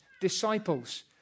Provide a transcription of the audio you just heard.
disciples